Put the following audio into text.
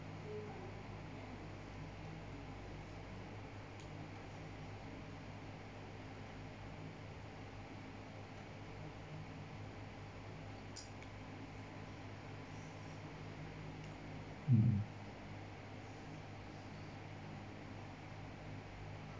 mm